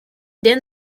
then